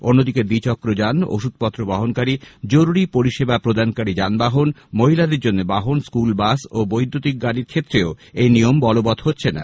অন্যদিকে দ্বিচক্রযান ওষুধপত্র বহনকারী জরুরী পরিষেবা প্রদানকারী যানবাহন মহিলাদের জন্য বাহন স্কুলবাস ও বৈদ্যুতিক গাড়ির ক্ষেত্রেও এই নিয়ম বলবত্ হচ্ছে না